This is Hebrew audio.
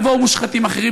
יבואו מושחתים אחרים.